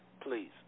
Please